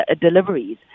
deliveries